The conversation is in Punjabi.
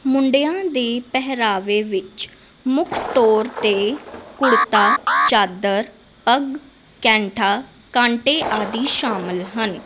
ਮੁੰਡਿਆਂ ਦੀ ਪਹਿਰਾਵੇ ਵਿੱਚ ਮੁੱਖ ਤੌਰ 'ਤੇ ਕੁੜਤਾ ਚਾਦਰ ਪੱਗ ਕੈਂਠਾ ਕਾਂਟੇ ਆਦਿ ਸ਼ਾਮਿਲ ਹਨ